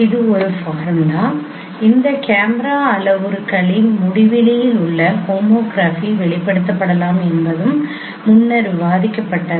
இது ஒரு ஃபார்முலா இந்த கேமரா அளவுருக்களின் அடிப்படையில் முடிவிலியில் உள்ள ஹோமோகிராஃபி வெளிப்படுத்தப்படலாம் என்பதும் முன்னர் விவாதிக்கப்பட்டது